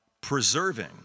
preserving